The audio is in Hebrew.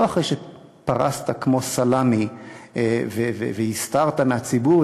לא אחרי שפרסת כמו סלאמי והסתרת מהציבור,